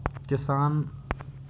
किशन और मैं खाद खरीदने जा रहे हैं